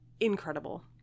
Incredible